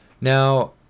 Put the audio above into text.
Now